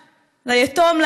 ליתום,